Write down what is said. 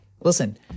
Listen